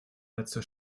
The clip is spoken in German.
letzte